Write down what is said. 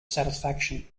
satisfaction